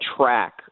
track